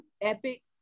Epic